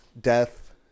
death